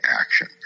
action